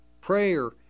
Prayer